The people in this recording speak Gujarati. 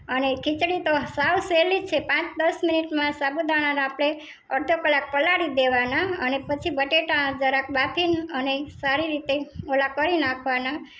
અને ખિચડી તો સાવ સેહલી છે પાંચ દસ મિનિટમાં સાબુદાણા આપણે અડધો કલાક પલાળી દેવાના અને પછી બટાકા જરાક બાફીને અને સારી રીતે ઓલા કરી નાંખવાના